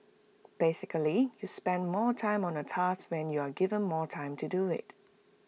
basically you spend more time on A task when you are given more time to do IT